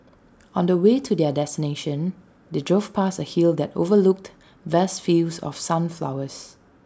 on the way to their destination they drove past A hill that overlooked vast fields of sunflowers